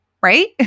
right